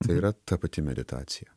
tai yra ta pati meditacija